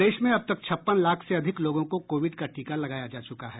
प्रदेश में अब तक छप्पन लाख से अधिक लोगों को कोविड का टीका लगाया जा चुका है